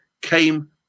came